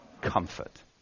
Comfort